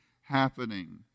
happening